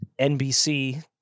NBC